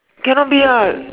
cannot be lah